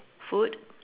food